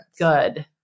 Good